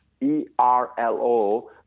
E-R-L-O